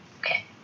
Okay